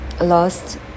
lost